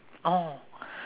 oh